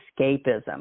escapism